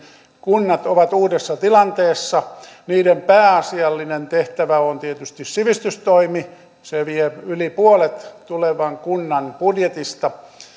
kunnat ovat uudessa tilanteessa niiden pääasiallinen tehtävä on tietysti sivistystoimi se vie yli puolet tulevan kunnan budjetista